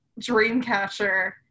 Dreamcatcher